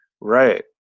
Right